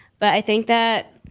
but i think that,